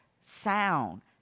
sound